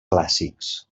clàssics